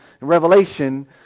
Revelation